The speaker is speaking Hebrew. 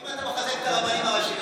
אם אתה מחזק את הרבנים הראשיים,